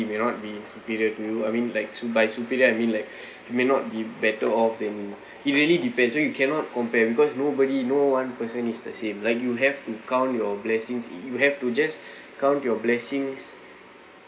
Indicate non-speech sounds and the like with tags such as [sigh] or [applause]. may not be superior to you I mean like to by superior I mean like may not be better off than it really depends so you cannot compare because nobody no one person is the same like you have to count your blessings you have to just [breath] count your blessings